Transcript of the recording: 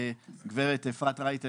הגב' אפרת רייטן,